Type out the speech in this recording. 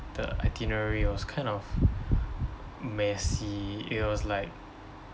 the itinerary was kind of messy it was like